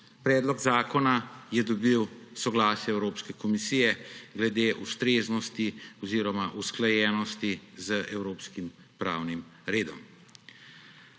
Predlog zakona je dobil soglasje Evropske komisije glede ustreznosti oziroma usklajenosti z evropskim pravnim redom.